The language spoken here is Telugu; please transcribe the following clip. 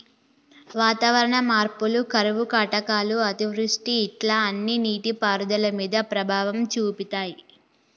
వాతావరణ మార్పులు కరువు కాటకాలు అతివృష్టి ఇట్లా అన్ని నీటి పారుదల మీద ప్రభావం చూపితాయ్